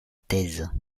thèse